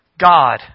God